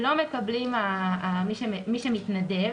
לא מקבל מי שמתנדב,